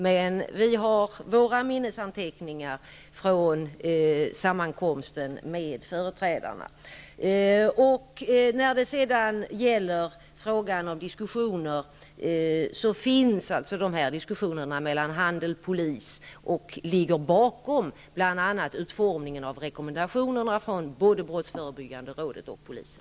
Men vi har våra minnesanteckningar från sammankomsten med företrädarna för handeln. Det förekommer redan diskussioner mellan handeln och polisen. Bland annat ligger dessa diskussioner bakom utformningen av rekommendationerna från brottsförebyggande rådet och polisen.